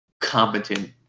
competent